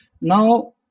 Now